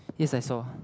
yes I saw